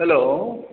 hello